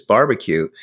Barbecue